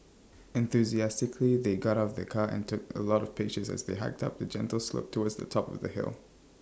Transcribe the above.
enthusiastically they got out of the car and take A lot of pictures as they hiked up A gentle slope towards the top of the hill